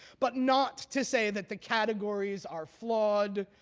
but not to say that the categories are flawed,